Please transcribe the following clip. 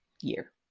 year